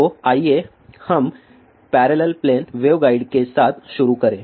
तो आइए हम पैरेलल प्लेन वेवगाइड के साथ शुरू करें